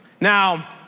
Now